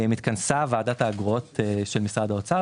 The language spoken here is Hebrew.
התכנסה ועדת האגרות של משרד האוצר